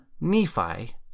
Nephi